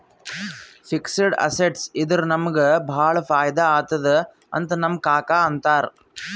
fixed assets ಇದ್ದುರ ನಮುಗ ಭಾಳ ಫೈದಾ ಆತ್ತುದ್ ಅಂತ್ ನಮ್ ಕಾಕಾ ಅಂತಾರ್